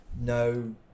no